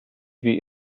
wie